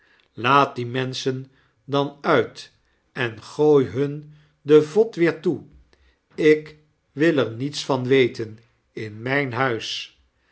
laat die menschen dan uit en gooi hun de vod weer toe ik wil er niets van weten in mijn huis